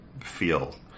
feel